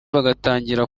bagatangira